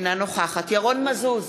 אינה נוכחת ירון מזוז,